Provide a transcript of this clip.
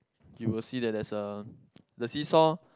you will see that there's a the seesaw